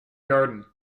garden